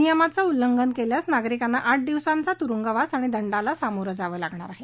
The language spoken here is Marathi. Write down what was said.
नियमांचं उल्लंघन केल्यास नागरिकांना आठ दिवसांचा तुरुंगवास आणि दंडाला सामोरं जावं लागणार आहे